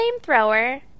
flamethrower